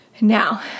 Now